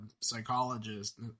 psychologist